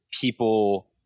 people